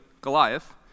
Goliath